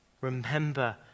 Remember